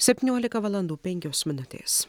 septyniolika valandų penkios minutės